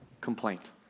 complaint